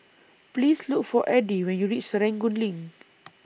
Please Look For Eddy when YOU REACH Serangoon LINK